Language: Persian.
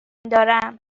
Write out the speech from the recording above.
دارم